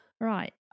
Right